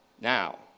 Now